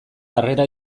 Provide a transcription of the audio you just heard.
harrera